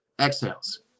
exhales